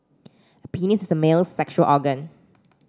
a penis is a male's sexual organ